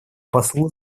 послу